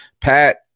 Pat